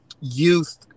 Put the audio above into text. youth